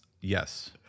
Yes